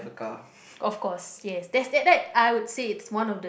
of course yes that's that that I would say it's one of the